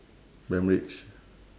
prime ribs